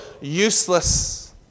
useless